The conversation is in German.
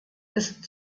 ist